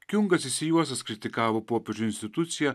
kiungas išsijuosęs kritikavo popiežiaus instituciją